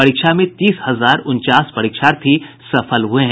परीक्षा में तीस हजार उनचास परीक्षार्थी सफल हुए हैं